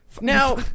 Now